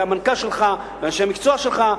המנכ"ל שלך ואנשי המקצוע שלך,